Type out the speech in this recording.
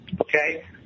okay